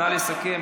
נא לסכם.